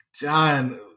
John